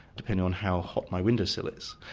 depending on how hot my windowsill is.